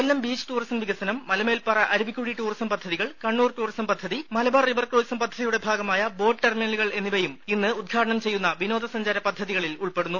കൊല്ലം beach tourism വികസനം Malamelpara Aruvikkuzhi tourism പദ്ധതികൾ Kannur tourism പദ്ധതി മലബാർ റിവർ ക്രൂയിസം പദ്ധതിയുടെ ഭാഗമായ ബോട്ട് ടെർമിനലുകൾ എന്നിവയും ഇന്ന് ഉദ്ഘാടനം ചെയ്യുന്ന വിനോദസഞ്ചാര പദ്ധതികളിൽ ഉൾപ്പെടുന്നു